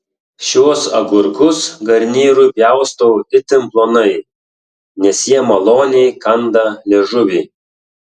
šiuos agurkus garnyrui pjaustau itin plonai nes jie maloniai kanda liežuvį